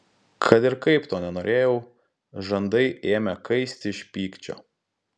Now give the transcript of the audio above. kad ir kaip to nenorėjau žandai ėmė kaisti iš pykčio